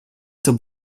było